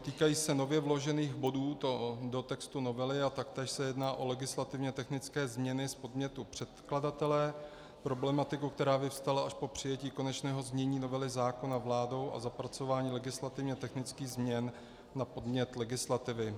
Týkají se nově vložených bodů do textu novely a taktéž se jedná o legislativně technické změny z podnětu předkladatele, problematiku, která vyvstala až po přijetí konečného znění novely zákona vládou a zapracování legislativně technických změn na podnět legislativy.